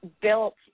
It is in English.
built